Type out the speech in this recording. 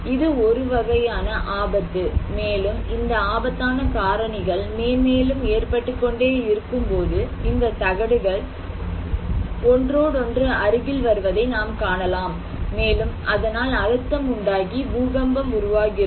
இது ஒருவகையான ஆபத்து மேலும் இந்த ஆபத்தான காரணிகள் மேன்மேலும் ஏற்பட்டுக்கொண்டே இருக்கும் போது இந்த தகடுகள் ஒன்றோடொன்று அருகில் வருவதை நாம் காணலாம் மேலும் அதனால் அழுத்தம் உண்டாகி பூகம்பம் உருவாகிறது